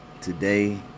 today